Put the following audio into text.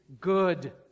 good